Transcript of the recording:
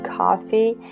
coffee